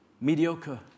mediocre